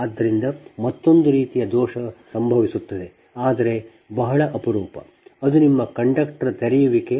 ಆದ್ದರಿಂದ ಮತ್ತೊಂದು ರೀತಿಯ ದೋಷ ಸಂಭವಿಸುತ್ತದೆ ಆದರೆ ಬಹಳ ಅಪರೂಪ ಅದು ನಿಮ್ಮ ಕಂಡಕ್ಟರ್ ತೆರೆಯುವಿಕೆ